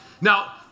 Now